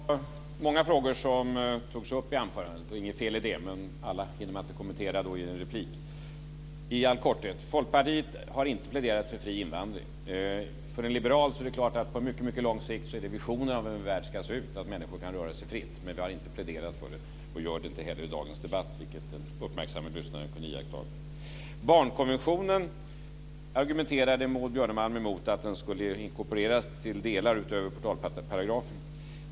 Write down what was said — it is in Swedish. Fru talman! Det var många frågor som togs upp i anförandet. Inget fel i det, men alla hinner man inte kommentera i en replik. I all korthet, Folkpartiet har inte pläderat för fri invandring. För en liberal är det klart att visionen av hur en värld ska se ut på mycket lång sikt är att människor kan röra sig fritt. Men vi har inte pläderat för det och gör det inte heller i dagens debatt, vilket den uppmärksamme lyssnaren kunde iaktta. Maud Björnemalm argumenterade mot att barnkonventionen skulle inkorporeras i delar utöver portalparagrafen.